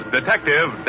Detective